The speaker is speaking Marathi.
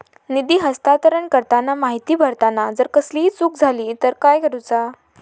निधी हस्तांतरण करताना माहिती भरताना जर कसलीय चूक जाली तर काय करूचा?